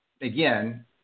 again